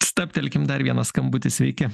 stabtelkim dar vienas skambutis sveiki